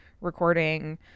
recording